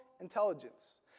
intelligence